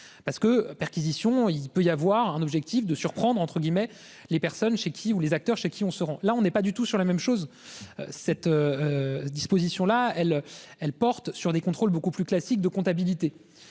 parce que. Perquisition, il peut y avoir un objectif de surprendre entre guillemets les personnes chez qui où les acteurs chez qui on seront là on n'est pas du tout sur la même chose. Cette. Disposition là elle, elle porte sur des contrôles beaucoup plus classique de comptabilité